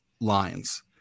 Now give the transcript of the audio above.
lines